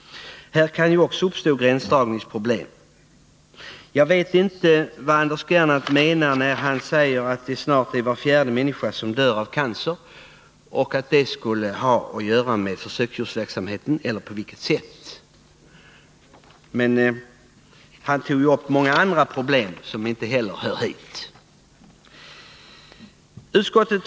Här kan det uppstå gränsdragningsproblem. Anders Gernandt säger att snart dör var fjärde människa i cancer. Jag förstår inte på vilket sätt det skulle ha att göra med försöksdjursverksamheten, men han tog ju upp många andra problem som inte heller hör hit.